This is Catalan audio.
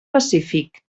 pacífic